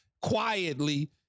quietly